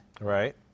right